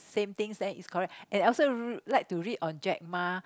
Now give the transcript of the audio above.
same things then it's correct and also r~ like to read on Jack-Ma